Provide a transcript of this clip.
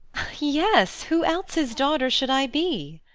yes, who else's daughter should i be?